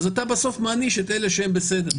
אז אתה בסוף מעניש את אלה שהם בסדר.